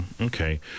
okay